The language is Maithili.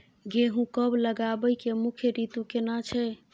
गेहूं कब लगाबै के मुख्य रीतु केना छै?